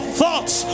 thoughts